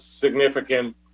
significant